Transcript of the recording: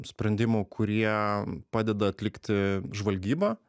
sprendimų kurie padeda atlikti žvalgybą